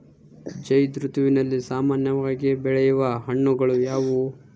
ಝೈಧ್ ಋತುವಿನಲ್ಲಿ ಸಾಮಾನ್ಯವಾಗಿ ಬೆಳೆಯುವ ಹಣ್ಣುಗಳು ಯಾವುವು?